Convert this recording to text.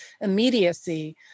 immediacy